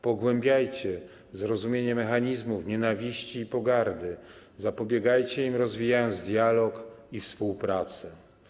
Pogłębiajcie zrozumienie mechanizmów nienawiści i pogardy, zapobiegajcie im, rozwijając dialog i współpracę'